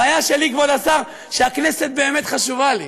הבעיה שלי, כבוד השר, שהכנסת באמת חשובה לי.